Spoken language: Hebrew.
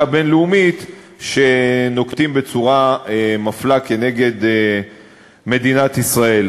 הבין-לאומית שנוהגים בצורה מפלה נגד מדינת ישראל.